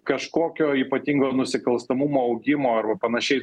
kažkokio ypatingo nusikalstamumo augimo ar panašiai